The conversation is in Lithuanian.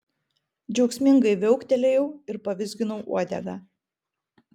džiaugsmingai viauktelėjau ir pavizginau uodegą